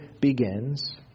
begins